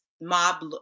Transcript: mob